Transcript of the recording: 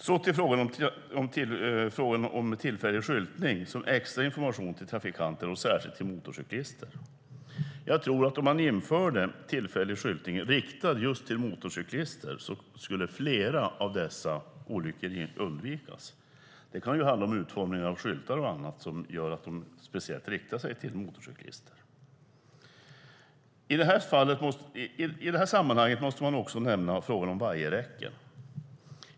När det gäller frågan om tillfällig skyltning som extra information till trafikanter och särskilt till motorcyklister tror jag att om man införde tillfällig skyltning riktad just till motorcyklister skulle flera av dessa olyckor helt undvikas. Det kan handla om utformning av skyltar och annat som speciellt riktar sig till motorcyklister. I det här sammanhanget måste man också nämna frågan om vajerräcken.